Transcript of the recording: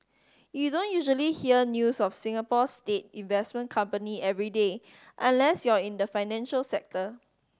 you don't usually hear news of Singapore's state investment company every day unless you're in the financial sector